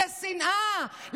לשנאה,